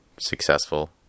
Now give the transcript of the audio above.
successful